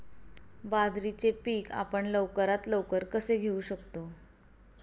बाजरीचे पीक आपण लवकरात लवकर कसे घेऊ शकतो?